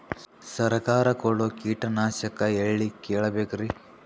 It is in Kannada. ಸರಕಾರ ಕೊಡೋ ಕೀಟನಾಶಕ ಎಳ್ಳಿ ಕೇಳ ಬೇಕರಿ?